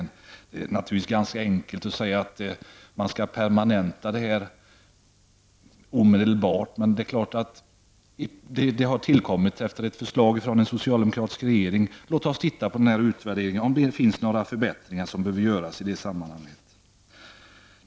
Det är naturligtvis enkelt att säga att detta skall permanentas omedelbart, men låt oss ändå studera utvärderingen för att se om det finns några förbättringar som behöver genomföras i sammanhanget.